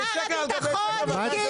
שר הביטחון הורס